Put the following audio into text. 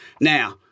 Now